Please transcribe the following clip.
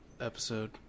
episode